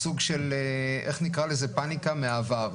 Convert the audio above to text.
בסוג של פאניקה מהעבר.